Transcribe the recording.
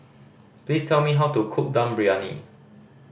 please tell me how to cook Dum Briyani